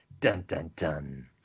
Dun-dun-dun